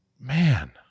Man